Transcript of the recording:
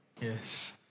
Yes